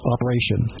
Operation